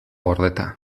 gordeta